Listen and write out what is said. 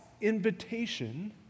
invitation